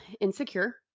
insecure